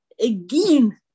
again